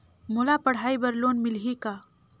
मोला पढ़ाई बर लोन मिलही का?